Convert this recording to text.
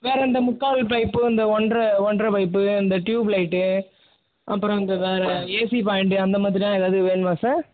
வேறு இந்த முக்கால் பைப்பு இந்த ஒன்றரை ஒன்றரை பைப்பு இந்த டியூப்லைட்டு அப்புறம் இந்த வேறு ஏசி பாயிண்டு அந்த மாதிரிலாம் ஏதாவது வேணுமா சார்